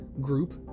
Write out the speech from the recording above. group